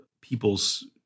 people's